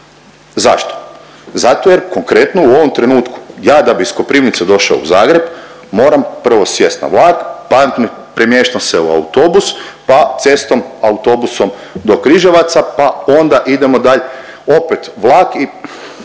Zašto? Zato jer konkretno u ovom trenutku ja da bi iz Koprivnice došao u Zagreb moram prvo sjest na vlak, pa premještam se u autobus pa cestom autobusom do Križevaca pa onda idemo dalje opet vlak i…